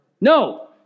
No